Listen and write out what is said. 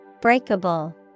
Breakable